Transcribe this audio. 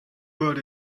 but